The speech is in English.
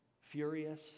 furious